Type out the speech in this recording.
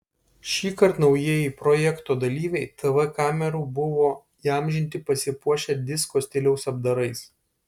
šįkart naujieji projekto dalyviai tv kamerų buvo įamžinti pasipuošę disko stiliaus apdarais